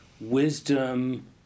wisdom